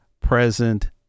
present